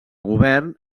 govern